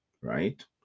right